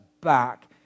back